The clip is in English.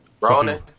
Ronan